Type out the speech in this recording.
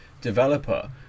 developer